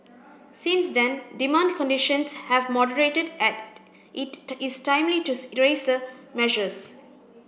since then demand conditions have moderated it is timely to the measures